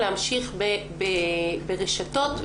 להמשיך ברשתות,